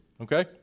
Okay